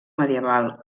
medieval